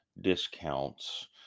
discounts